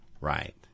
right